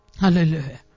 Hallelujah